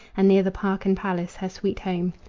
and near the park and palace, her sweet home.